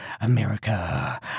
America